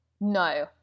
No